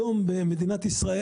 המט"שים.